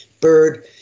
bird